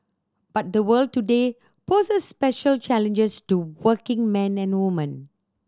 but the world today poses special challenges to working men and woman